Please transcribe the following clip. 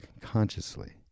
consciously